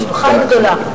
שלך היא גדולה.